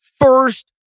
first